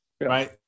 right